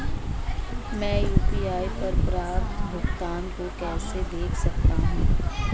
मैं यू.पी.आई पर प्राप्त भुगतान को कैसे देख सकता हूं?